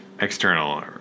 External